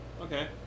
Okay